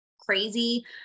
crazy